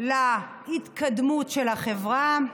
להתקדמות של החברה,